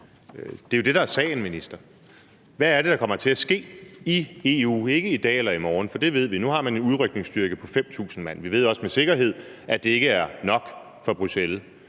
Det er jo det, der er sagen, minister. Hvad er det, der kommer til at ske i EU? Og jeg mener ikke i dag eller i morgen, for det ved vi. Nu har man en udrykningsstyrke på 5.000 mand. Vi ved også med sikkerhed, at det ikke er nok for Bruxelles.